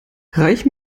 reich